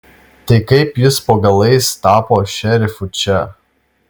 tai kaip jis po galais tapo šerifu čia